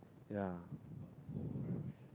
yeah